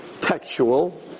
textual